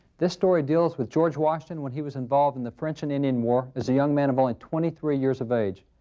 this story deals with george washington when he was involved in the french and indian war as a young man of only ah and twenty three years of age.